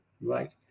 right